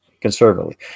conservatively